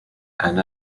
and